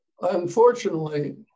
Unfortunately